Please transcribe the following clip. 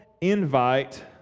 invite